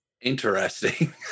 Interesting